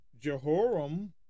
Jehoram